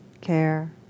care